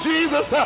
Jesus